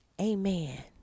Amen